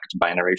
binary